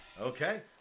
Okay